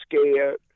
scared